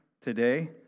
today